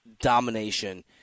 domination